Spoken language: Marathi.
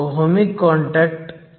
तर हे अंतर डेल्टा 0